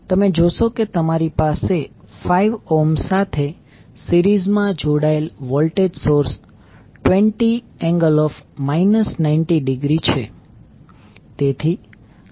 તમે જોશો કે તમારી પાસે 5 ઓહ્મ સાથે સીરીઝ માં જોડાયેલ વોલ્ટેજ સોર્સ 20 ∠ 90° છે